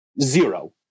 Zero